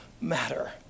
matter